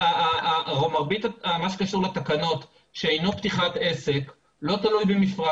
מרבית מה שקשור לתקנות שאינו פתיחת עסק לא תלוי במפרט